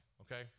Okay